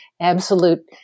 absolute